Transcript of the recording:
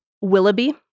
Willoughby